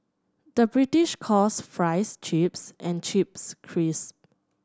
the British calls fries chips and chips crisps